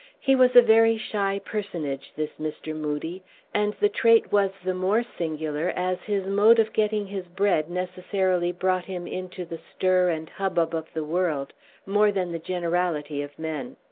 he was a very shy personage, this mr. moodie and the trait was the more singular, as his mode of getting his bread necessarily brought him into the stir and hubbub of the world more than the generality of men.